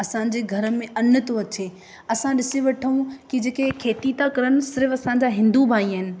असांजे घर में अन थो अचे असां ॾिसी वठूं की जेके खेती था करन सिर्फ़ असांजा हिंदू भाई आहिनि